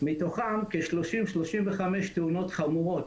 מתוכן כ-30-35 תאונות חמורות,